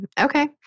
Okay